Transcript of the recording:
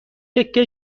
تکه